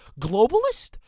globalist